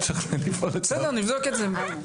בסדר, נבדוק את זה.